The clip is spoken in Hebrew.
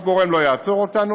שום גורם לא יעצור אותנו.